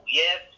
yes